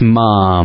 mom